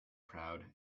proud